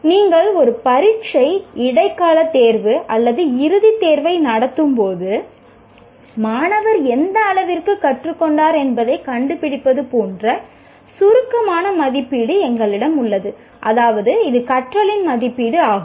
நீங்கள் ஒரு பரீட்சை இடைக்காலத் தேர்வு அல்லது இறுதித் தேர்வை நடத்தும்போது மாணவர் எந்த அளவிற்கு கற்றுக் கொண்டார் என்பதைக் கண்டுபிடிப்பது போன்ற சுருக்கமான மதிப்பீடு எங்களிடம் உள்ளது அதாவது இது கற்றலின் மதிப்பீடு ஆகும்